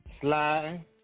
Slide